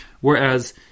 Whereas